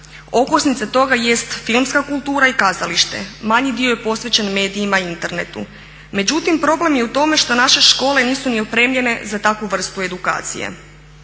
Okosnica toga jest filmska kultura i kazalište, manji dio je posvećen medijima i internetu. Međutim, problem je u tome što naše škole nisu ni opremljene za takvu vrstu edukacije.